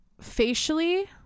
facially